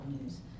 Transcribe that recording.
news